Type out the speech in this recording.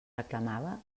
reclamava